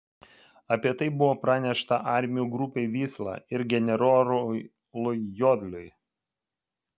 apie tai buvo pranešta armijų grupei vysla ir generolui jodliui